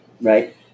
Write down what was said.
Right